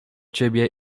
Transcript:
ciebie